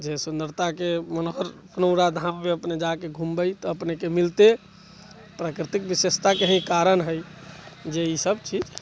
जे सुन्दरता के मनोबल पुनौरा धाम मे अपने जाके घुमबै तऽ अपने के मिलतै प्रकृतिक विशेषता के ही कारण हय जे ई सभ चीज